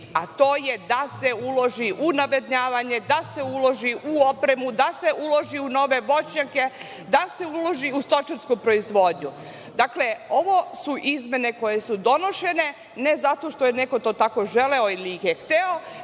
a to je da se uloži u navodnjavanje, da se uloži u opremu, da se uloži u voćnjake, u stočarsku proizvodnju. Dakle, ovo su izmene koje su donošene ne zato što je neko tako želeo ili hteo,